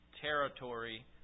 territory